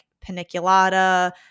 paniculata